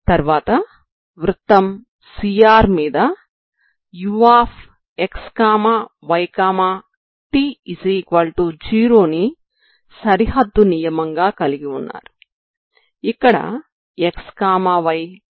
తర్వాత వృత్తం CR మీద xyt0 ని సరిహద్దు నియమంగా కలిగి ఉన్నారు ఇక్కడ xy ∈ CR